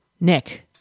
Nick